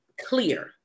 clear